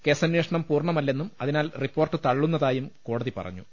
കേസന്വേഷണം പൂർണ മല്ലെന്നും അതിനാൽ റിപ്പോർട്ട് തള്ളുന്നതായും കോടതി പറഞ്ഞു